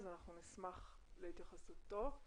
אנחנו נשמח להתייחסותו.